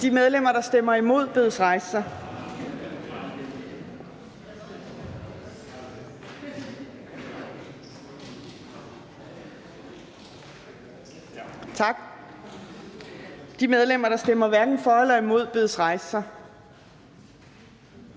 De medlemmer, der stemmer imod, bedes rejse sig. Tak. De medlemmer, der stemmer hverken for eller imod, bedes rejse sig.